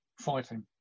fighting